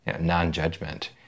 non-judgment